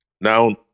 Now